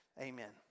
Amen